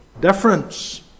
difference